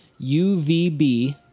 UVB